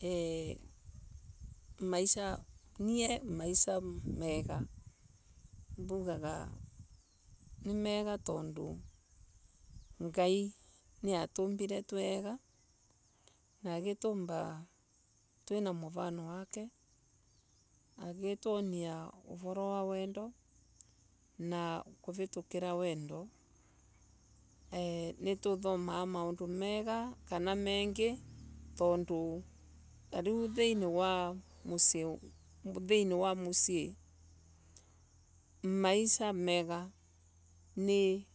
Eeeh nie Maisha mega. mbugaga maisa mega tondu ngai niatumbile twi wega na agitumba twina mfano wake. Agitwonia uvoro wa wendo na kuvitukira wendo nituthomaga maundu mega kana mengi. Tariu tondu thiini wa musii. maisa mega ni